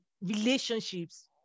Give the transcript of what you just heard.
relationships